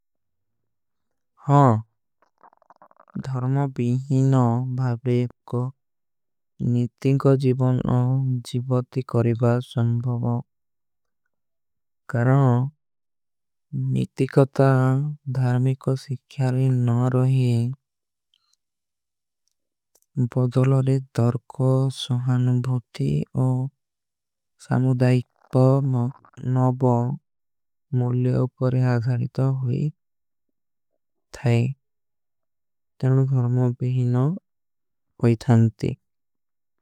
ହାଁ ଧର୍ମ ବିହୀନ ଭାଵ୍ରେଵ କୋ ନିତିକ ଜୀଵନ ଔର। ଜୀଵତି କରୀବା ସଂଭଵା କରଣ ନିତିକତା ଧର୍ମିକୋ ସିଖ୍ଯାଲୀ ନ। ରହେ ବଦଲ ଅଲେ ଦରକୋ ସୋହାନ ଭୂତି ଔର ସାମୁଦାଇକ ପର ନଵା। ମୁଲେ ଉପରେ ଆଜାରିତ ହୋଈ ଠୈ ଧର୍ମ କରମୋ ବିହୀନୋ ଉଇତନ୍ତି।